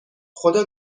خدا